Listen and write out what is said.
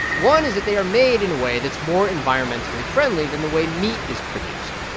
one is that they are made in a way that's more environmentally friendly than the way meat is produced.